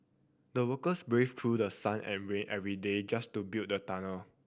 the workers braved through the sun every every day just to build the tunnel